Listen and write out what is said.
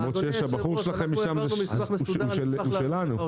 למרות שהבחור שלכם משם הוא שלנו.